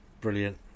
brilliant